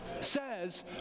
Says